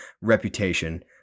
reputation